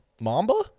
Mamba